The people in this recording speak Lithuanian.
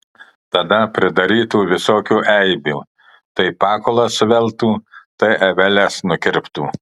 tada pridarytų visokių eibių tai pakulas suveltų tai aveles nukirptų